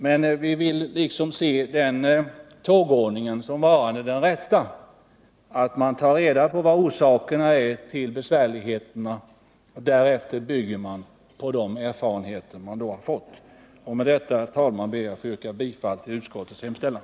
Men vi vill se som den rätta tågordningen att man tar reda på orsakerna till problemen och att man därefter bygger på de erfarenheter man gjort. Med detta, herr talman, yrkar jag bifall till utskottets hemställan.